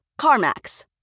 CarMax